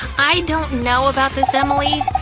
i don't know about this, emily.